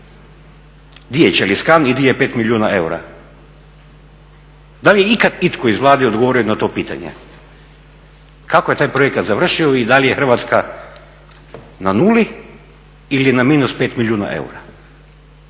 se ne razumije./… i gdje je 5 milijuna eura? Da li je ikad itko iz Vlade odgovorio na to pitanje? Kako je taj projekat završio i da li je Hrvatska na nuli ili na -5 milijuna eura.